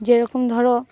যেরকম ধরো